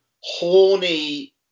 horny